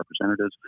representatives